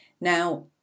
Now